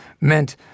meant